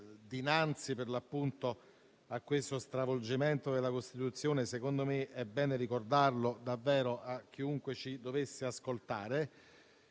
dinanzi a questo stravolgimento della Costituzione - secondo me - è bene ricordare davvero a chiunque ci dovesse ascoltare